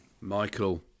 Michael